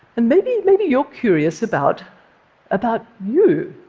and maybe, maybe you're curious about about you.